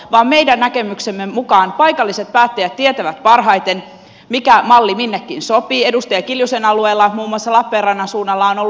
no meidän näkemyksemme mukaan paikalliset päättäjät tietävät parhaiten mikä malli minnekin sopii edustaja kiljusen alueella on salaperäinen suunnalla on ollu